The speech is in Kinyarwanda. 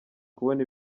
kubona